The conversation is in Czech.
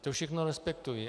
To všechno respektuji.